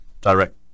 direct